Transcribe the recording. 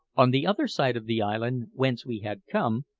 on the other side of the island, whence we had come,